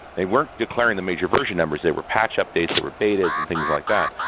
they weren't declaring the major version numbers. there were patch up dates, there were betas and things like that.